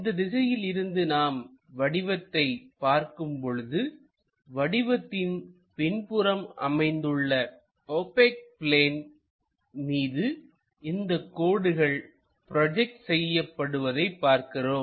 இந்த திசையில் இருந்து நாம் வடிவத்தை பார்க்கும் பொழுதுவடிவத்தின் பின்புறம் அமைந்துள்ள ஓபெக் பிளேன் மீது இந்தக் கோடுகள் ப்ரோஜெக்ட் செய்யப்படுவதை பார்க்கிறோம்